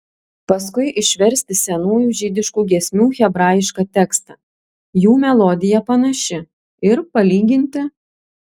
paskui išversti senųjų žydiškų giesmių hebrajišką tekstą jų melodija panaši ir palyginti